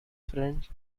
friend